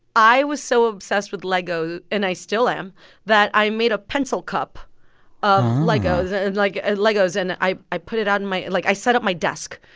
i was so obsessed with lego and i still am that i made a pencil cup of legos and like, ah legos. and i i put it out in my like, i set up my desk.